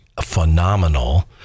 phenomenal